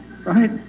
Right